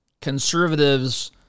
conservatives